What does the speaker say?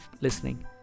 listening